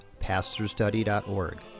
pastorstudy.org